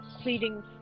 pleading